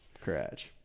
Crash